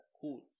Cool